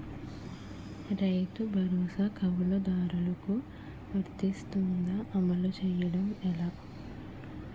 రైతు భరోసా కవులుదారులకు వర్తిస్తుందా? అమలు చేయడం ఎలా